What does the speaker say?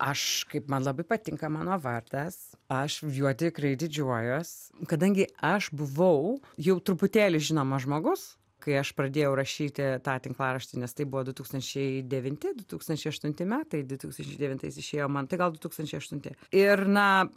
aš kaip man labai patinka mano vardas aš juo tikrai didžiuojuos kadangi aš buvau jau truputėlį žinomas žmogus kai aš pradėjau rašyti tą tinklaraštį nes tai buvo du tūkstančiai devinti du tūkstančiai aštunti metai du tūkstančiai devintais išėjo man tai gal du tūkstančiai aštunti ir na